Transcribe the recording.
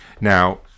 now